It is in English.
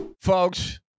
Folks